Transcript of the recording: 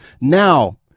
Now